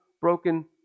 broken